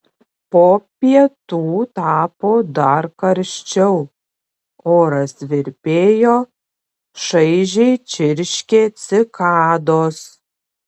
po pietų tapo dar karščiau oras virpėjo šaižiai čirškė cikados